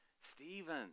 Stephen